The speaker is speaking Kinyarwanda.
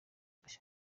gushya